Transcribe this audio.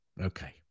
okay